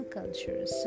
cultures